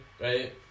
right